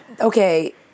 okay